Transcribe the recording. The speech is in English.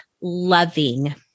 loving